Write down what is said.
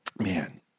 Man